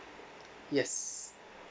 yes